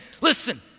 Listen